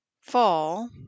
fall